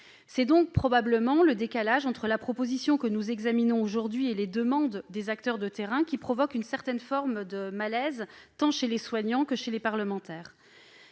C'est donc probablement le décalage entre la proposition de loi que nous examinons aujourd'hui et les demandes des acteurs de terrain qui provoque une certaine forme de malaise, tant chez les soignants que chez les parlementaires.